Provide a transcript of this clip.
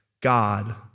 God